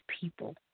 people